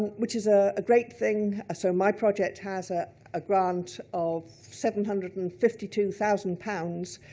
which is ah a great thing. so my project has ah a grant of seven hundred and fifty two thousand pounds.